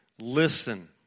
Listen